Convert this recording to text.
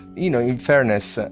you know, in fairness,